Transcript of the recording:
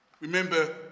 remember